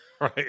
Right